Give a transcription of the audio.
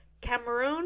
Cameroon